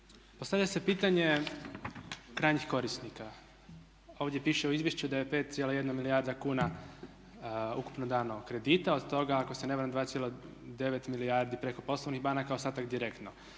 postavlja se pitanje krajnjih korisnika. Ovdje piše u izvješću da je 5,1 milijarda kuna ukupno dano kredita, od toga ako se ne varam, 9 milijardi preko poslovnih banaka, ostatak direktno.